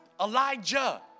Elijah